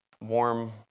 warm